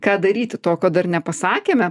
ką daryti to ko dar nepasakėme